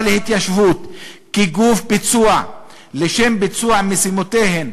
להתיישבות כגוף ביצוע לשם ביצוע משימותיהן,